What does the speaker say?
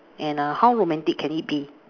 and uh how romantic can it be